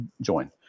join